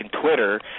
Twitter